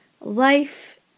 Life